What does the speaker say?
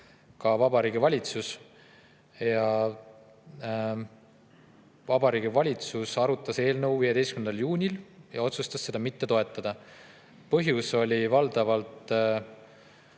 ka Vabariigi Valitsus. Vabariigi Valitsus arutas eelnõu 15. juunil ja otsustas seda mitte toetada. Põhjus oli valdavalt